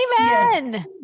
Amen